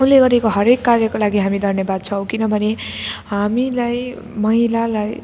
उसले गरेको हरेक कार्यको लागि हामी धन्यवाद छौँ किनभने हामीलाई महिलालाई